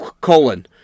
colon